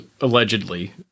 allegedly